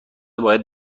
باید